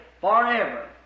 forever